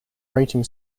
rating